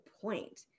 point